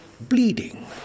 bleeding